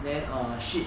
then err shit